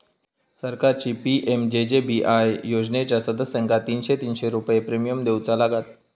सरकारची पी.एम.जे.जे.बी.आय योजनेच्या सदस्यांका तीनशे तीनशे रुपये प्रिमियम देऊचा लागात